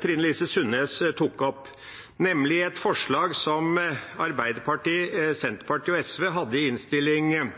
Trine Lise Sundnes tok opp, nemlig et forslag som Arbeiderpartiet, Senterpartiet og SV hadde i